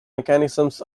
mechanisms